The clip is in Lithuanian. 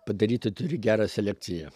padaryti turi gerą selekciją